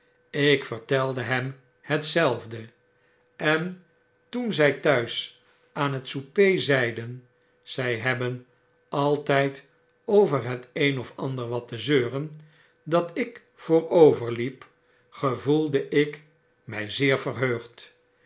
ik vertelde hem hetzelfde en toen zy fhuis aan het souper zeiden zy hebben altyd over het een of ander watte zeuren dat ik voorover liep gevoelde ik my zeer verheugd